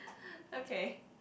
okay